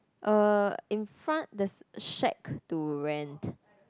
uh in front there's shack to rent